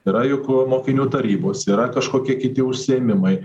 yra juk mokinių tarybos yra kažkokie kiti užsiėmimai